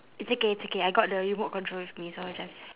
it's okay it's okay I got the remote control with me so I'll just